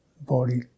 body